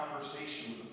conversation